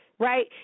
right